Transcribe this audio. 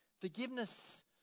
Forgiveness